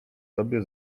tobie